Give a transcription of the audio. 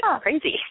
crazy